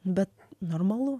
bet normalu